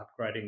upgrading